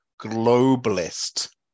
globalist